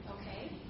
Okay